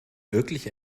wirklich